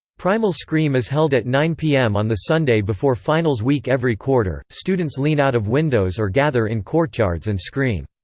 primal scream is held at nine p m. on the sunday before finals week every quarter students lean out of windows or gather in courtyards and scream.